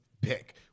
pick